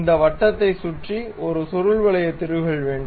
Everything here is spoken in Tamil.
அந்த வட்டத்தைச் சுற்றி ஒரு சுருள்வலய திருகல் வேண்டும்